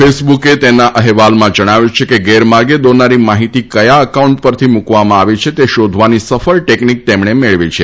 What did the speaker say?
ફેસબુકે તેના અહેવાલમાં જણાવ્યું છે કે ગેરમાર્ગે દોરનારી માહિતી કયા એકાઉન્ટ પરથી મુકવામાં આવી છે તે શોધવાની સફળ ટેકનીક તેમણે મેળવી છે